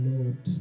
Lord